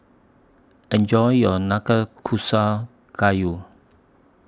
Enjoy your Nanakusa Gayu